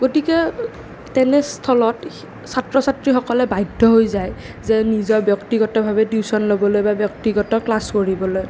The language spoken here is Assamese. গতিকে তেনেস্থলত ছাত্ৰ ছাত্ৰীসকলে বাধ্য হৈ যায় যে নিজৰ ব্যক্তিগতভাৱে টিউচন ল'বলৈ বা ব্যক্তিগত ক্লাছ কৰিবলৈ